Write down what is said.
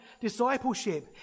discipleship